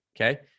Okay